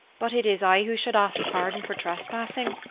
but it is i who should ask pardon for trespassing.